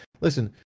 Listen